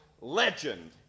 legend